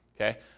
Okay